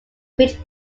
pitch